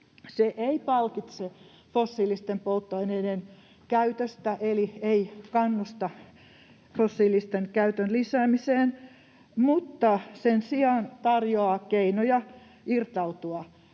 Se ei palkitse fossiilisten polttoaineiden käytöstä eli ei kannusta fossiilisten käytön lisäämiseen mutta sen sijaan tarjoaa keinoja irtautua,